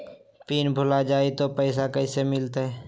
Pin भूला जाई तो पैसा कैसे मिलते?